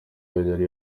yari